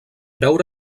veure